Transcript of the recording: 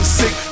sick